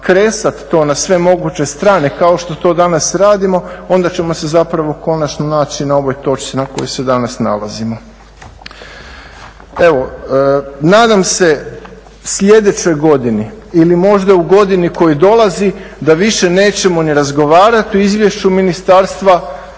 kresat to na sve moguće strane kao što to danas radimo onda ćemo se zapravo konačno naći na ovoj točci na kojoj se danas nalazimo. Evo nadam se sljedećoj godini ili možda u godini koja dolazi da više nećemo ni razgovarati o Izvješću Ministarstva,